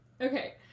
Okay